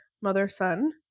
mother-son